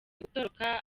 gutoroka